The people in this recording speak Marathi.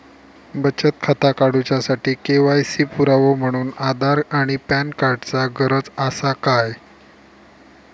बचत खाता काडुच्या साठी के.वाय.सी पुरावो म्हणून आधार आणि पॅन कार्ड चा गरज आसा काय?